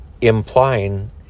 implying